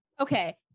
Okay